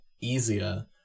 easier